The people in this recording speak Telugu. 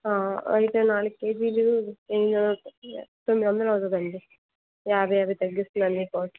అయితే నాలుగు కేజీలు తొమ్మిది వందలు అవుతుండి అండి యాభై యాభై తగ్గిస్తున్నా మీకోసం